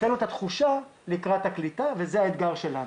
ייתן לו את התחושה לקראת הקליטה וזה האתגר שלנו.